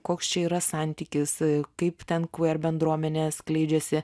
koks čia yra santykis kaip ten kver bendruomenė skleidžiasi